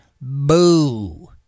boo